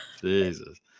Jesus